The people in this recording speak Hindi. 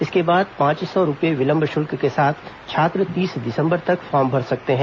इसके बाद पांच सौ पचास रूपये विलंब शल्क के साथ छात्र तीस दिसंबर तक फॉर्म भर सकते हैं